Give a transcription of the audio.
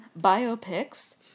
biopics